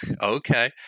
Okay